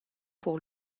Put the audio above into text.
pour